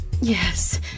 Yes